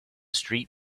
street